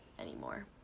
anymore